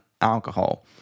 alcohol